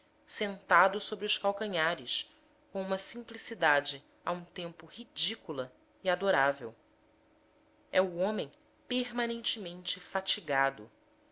sentado sobre os calcanhares com uma simplicidade a um tempo ridícula e adorável é o homem permanentemente fatigado